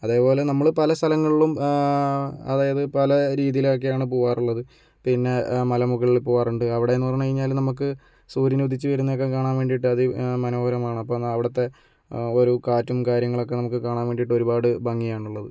അതേപോലെ നമ്മള് പല സ്ഥലങ്ങളിലും അതായത് പല രീതിയിലൊക്കെയാണ് പോകാറുള്ളത് പിന്നെ മലമുകളിൽ പോകാറുണ്ട് അവിടെ എന്ന് പറഞ്ഞു കഴിഞ്ഞാല് നമുക്ക് സൂര്യൻ ഉദിച്ച് വരുന്നതൊക്കെ കാണാൻ വേണ്ടീട്ട് അതി മനോഹരമാണ് അപ്പം എന്നാൽ അവിടത്തെ ഒരു കാറ്റും കാര്യങ്ങളൊക്കെ നമുക്ക് കാണാൻ വേണ്ടിട്ട് ഒരുപാട് ഭംഗിയാണ് ഉള്ളത്